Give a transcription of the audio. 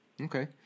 Okay